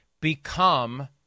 become